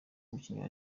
umukinnyi